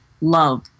love